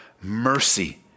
Mercy